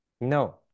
No